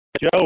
Joe